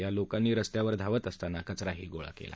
या लोकांनी रस्त्यावरुन धाव असताना कचराही गोळा केला